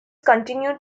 continued